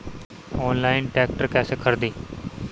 Online tractor कैसे खरदी?